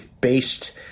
based